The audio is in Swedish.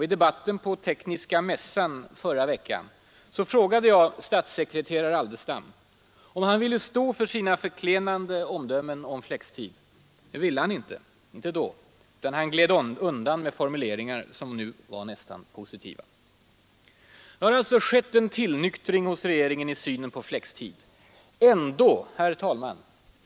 I debatten på Tekniska mässan i förra veckan frågade jag statssekreterare Aldestam om han ville stå för sina förklenande omdömen om flextid. Det ville han inte utan gled undan med formuleringar som nu var nästan positiva. Det har alltså skett en tillnyktring hos regeringen i synen på flextid.